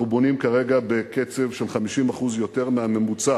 אנחנו בונים כרגע בקצב של 50% יותר מהממוצע